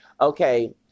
Okay